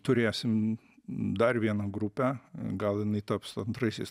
turėsim dar vieną grupę gal jinai taps antraisiais